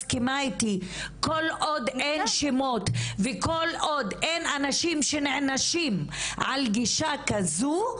כל עוד אין שמות וכל עוד אין אנשים שנענשים על גישה כזו,